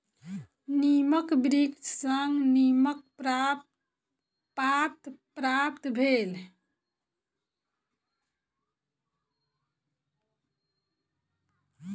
नीमक वृक्ष सॅ नीमक पात प्राप्त भेल